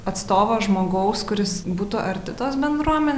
atstovo žmogaus kuris būtų arti tos bendruomen